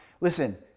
Listen